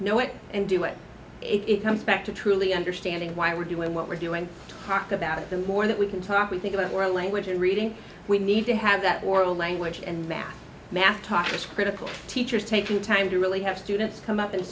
know it and do it it comes back to truly understanding why we're doing what we're doing talk about it the more that we can talk we think about more language and reading we need to have that oral language and math math talk is critical teachers take the time to really have students come up and